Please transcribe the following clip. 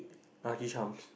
lucky charms